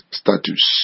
status